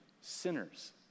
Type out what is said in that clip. sinners